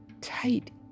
tight